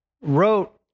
wrote